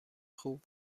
خوب